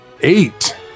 eight